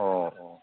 ꯑꯣ ꯑꯣ